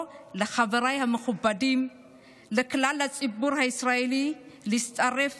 לחבריי המכובדים ולכלל הציבור הישראלי להצטרף